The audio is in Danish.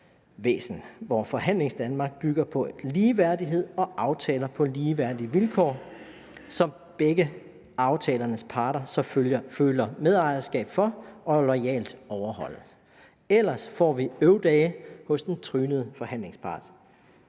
hvor Forhandlingsdanmark bygger på ligeværdighed og aftaler på ligeværdige vilkår, som aftalernes parter så føler medejerskab for og loyalt overholder – ellers får vi øvdage hos den trynede forhandlingspart.